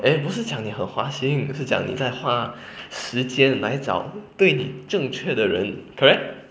eh 不是讲你很花心是讲你在花时间来找对你正确的人 correct